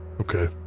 Okay